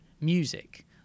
music